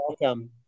Welcome